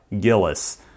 Gillis